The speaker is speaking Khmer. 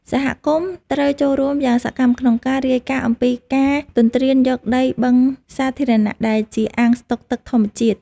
សហគមន៍ត្រូវចូលរួមយ៉ាងសកម្មក្នុងការរាយការណ៍អំពីការទន្ទ្រានយកដីបឹងសាធារណៈដែលជាអាងស្តុកទឹកធម្មជាតិ។